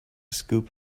scoop